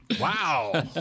wow